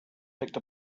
picked